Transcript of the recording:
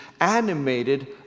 animated